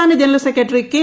സംസ്ഥാന general secretary K